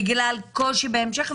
בגלל קושי בהמשך,